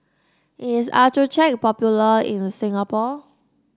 is Accucheck popular in Singapore